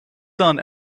son